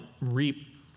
reap